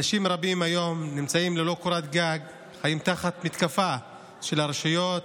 אנשים רבים נמצאים היום ללא קורת גג וחיים תחת מתקפה של הרשויות,